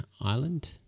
Island